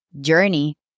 journey